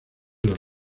los